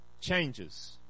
changes